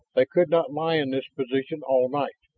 they could not lie in this position all night,